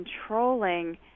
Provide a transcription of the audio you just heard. controlling